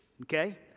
okay